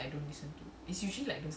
mmhmm